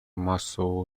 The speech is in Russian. массового